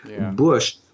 bush